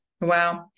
Wow